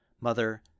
Mother